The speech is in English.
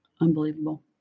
unbelievable